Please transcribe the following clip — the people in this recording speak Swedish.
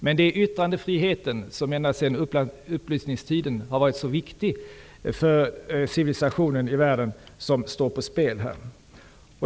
Men det är yttrandefriheten, vilken ända sedan upplysningstiden har varit så viktig för civilisationen i världen, som nu står på spel.